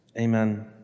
Amen